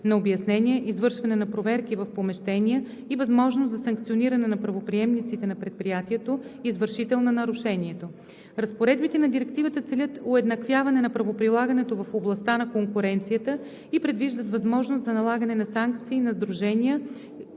на обяснения, извършване на проверки в помещения и възможност за санкциониране на правоприемниците на предприятието – извършител на нарушението. Разпоредбите на Директивата целят уеднаквяване на правоприлагането в областта на конкуренцията и предвиждат възможност за налагане на санкции на сдружения